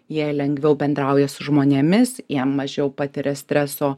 jie lengviau bendrauja su žmonėmis jie mažiau patiria streso